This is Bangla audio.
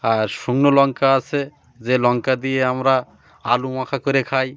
আর শুকনো লঙ্কা আসে যে লঙ্কা দিয়ে আমরা আলু মাখা করে খাই